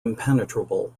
impenetrable